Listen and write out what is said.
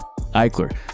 Eichler